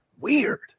weird